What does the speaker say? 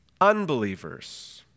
Unbelievers